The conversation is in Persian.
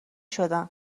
شدن